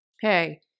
hey